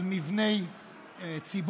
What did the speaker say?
על מבני ציבור,